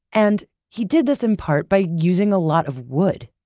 and he did this in part by using a lot of wood.